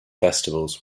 festivals